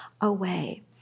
away